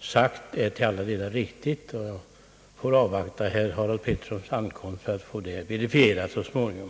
sagt är riktigt, och jag får avvakta herr Harald Petterssons ankomst för att få höra hans mening så småningom.